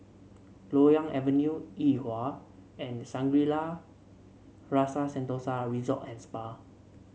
Loyang Avenue Yuhua and Shangri La Rasa Sentosa Resort And Spa